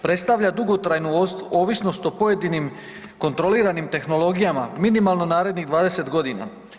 Predstavlja dugotrajnu ovisnost o pojedinim kontroliranim tehnologijama, minimalno narednih 20 godina.